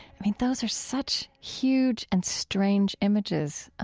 i mean, those are such huge and strange images